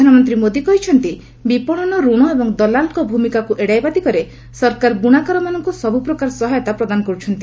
ପ୍ରଧାନମନ୍ତ୍ରୀ ମୋଦି କହିଛନ୍ତି ବିପଣନ ଋଣ ଏବଂ ଦଲାଲ୍ଙ୍କ ଭୂମିକାକୁ ଏଡ଼ାଇବା ଦିଗରେ ସରକାର ବୁଣାକାରମାନଙ୍କୁ ସବୁପ୍ରକାର ସହାୟତା ପ୍ରଦାନ କରୁଛନ୍ତି